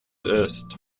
ist